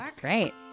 Great